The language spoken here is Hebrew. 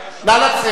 נא לצאת.